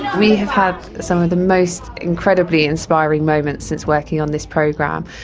we have had some of the most incredibly inspiring moments since working on this program.